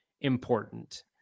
important